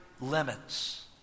limits